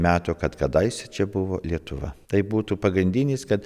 metų kad kadaise čia buvo lietuva tai būtų pagrindinis kad